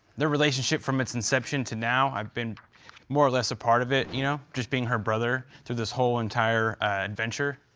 their relationship from its inception to now, i've been more or less a part of it, you know? just being her brother through this whole entire adventure,